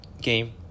Game